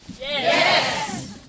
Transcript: Yes